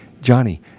Johnny